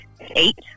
eight